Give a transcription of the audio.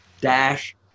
dash